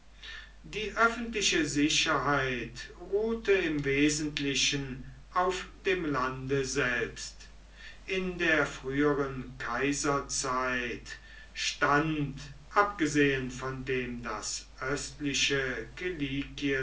die öffentliche sicherheit ruhte im wesentlichen auf dem lande selbst in der früheren kaiserzeit stand abgesehen von dem das östliche